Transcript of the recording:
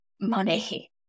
money